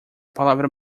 palavra